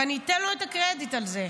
ואני אתן לו את הקרדיט על זה.